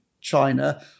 China